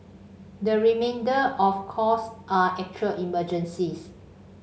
the remainder of calls are actual emergencies